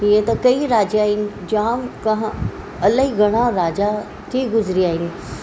हीअं त कई राजा आहिनि जाम कहा इलाही घणा राजा थी गुज़रिया आहिनि